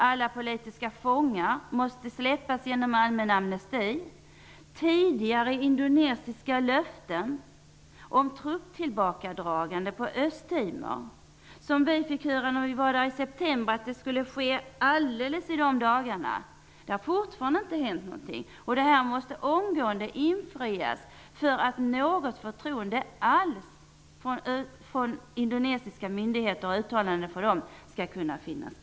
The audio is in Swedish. Alla politiska fångar bör släppas genom allmän amnesti. Tidigare indonesiska löften om trupptillbakadragande på Östtimor måste omgående infrias. När vi var där i september fick vi höra att det skulle ske alldeles i dagarna, men fortfarande har ingenting hänt. Löftena måste infrias för att något förtroende alls för uttalanden från indonesiska myndigheter skall kunna finnas.